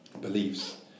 beliefs